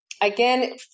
Again